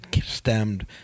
stemmed